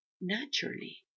naturally